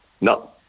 No